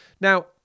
Now